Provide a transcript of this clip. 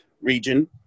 region